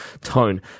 tone